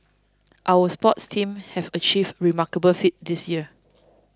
our sports teams have achieved remarkable feats this year